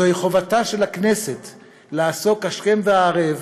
זוהי חובתה של הכנסת לעסוק השכם והערב